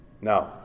Now